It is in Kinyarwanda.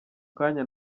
kanya